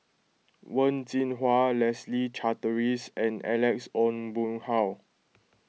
Wen Jinhua Leslie Charteris and Alex Ong Boon Hau